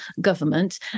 government